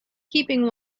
keeping